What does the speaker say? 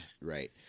right